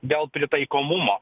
dėl pritaikomumo